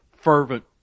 fervent